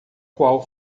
qual